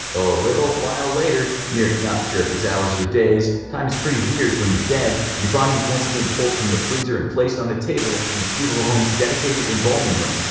a little while later you're not sure if it's hours or days, time is pretty weird when you're dead your body is once again pulled from the freezer and placed on a table in the funeral home's dedicated embalming room.